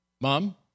mom